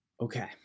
Okay